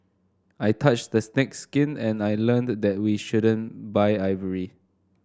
I touched the snake's skin and I learned that we shouldn't buy ivory